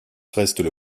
restent